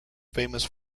famous